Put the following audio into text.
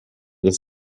dass